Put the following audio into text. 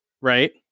right